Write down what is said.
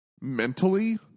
mentally